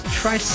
try